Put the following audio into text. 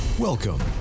Welcome